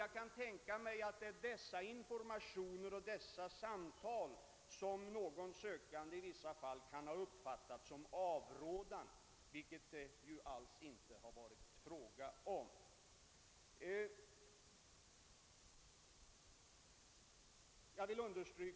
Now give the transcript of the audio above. Jag kan tänka mig att det är dessa informationer och samtal som av någon sökande kan ha uppfattats som avrådan, vilket det emellertid alls inte har varit fråga om.